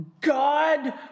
God